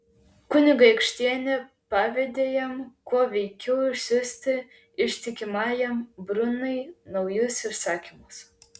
kunigaikštienė pavedė jam kuo veikiau išsiųsti ištikimajam brunui naujus įsakymus